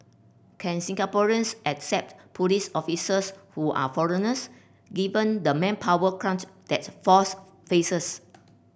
can Singaporeans accept police officers who are foreigners given the manpower crunch that force faces